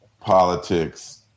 politics